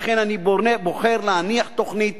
לכן אני בוחר להניח תוכנית